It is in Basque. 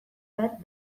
bat